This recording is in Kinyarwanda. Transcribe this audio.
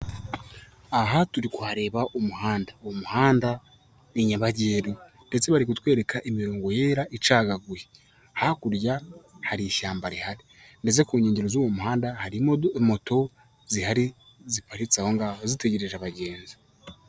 Aha turi kuhareba umuhanda, uwo muhanda ni nyabagendwa, ndetse bari kutwereka imirongo yera icagaguye, hakurya hari ishyamba rihari, ndetse ku nkengero z'uwo muhanda hari moto zihari ziparitse aho ngaho zitegereje abagenzi.